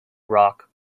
rock